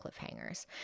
cliffhangers